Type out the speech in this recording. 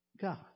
God